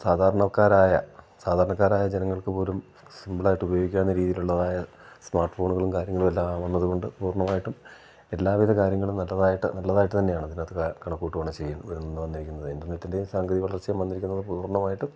സാധാരണക്കാരായ സാധാരണക്കാരായ ജനങ്ങൾക്കുപോലും സിമ്പിളായിട്ട് ഉപയോഗിക്കാവുന്ന രീതിയിലുള്ളതായ സ്മാട്ട് ഫോണുകളും കാര്യങ്ങളുമെല്ലാം വന്നതുകൊണ്ട് പൂർണ്ണമായിട്ടും എല്ലാവിധ കാര്യങ്ങളും നല്ലതായിട്ട് നല്ലതായിട്ട് തന്നെയാണ് ഇതിനകത്ത് കണക്ക് കൂട്ടുകയാണെങ്കിൽ ചെയ്യുന്നത് എന്നു വന്നിരിക്കുന്നത് ഇൻ്റർനെറ്റിൻ്റെ സാങ്കേതിക വളർച്ചയിൽ വന്നിരിക്കുന്നത് പൂർണ്ണമായിട്ടും